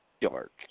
dark